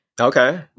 Okay